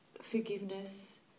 forgiveness